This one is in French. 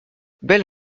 belle